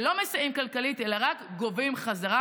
שלא מסייעים כלכלית אלא רק גובים חזרה,